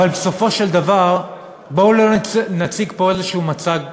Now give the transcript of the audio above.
אבל בסופו של דבר, בואו לא נציג פה איזה מצג שווא.